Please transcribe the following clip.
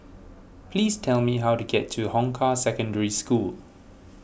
please tell me how to get to Hong Kah Secondary School